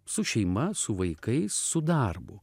su šeima su vaikais su darbu